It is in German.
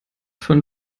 von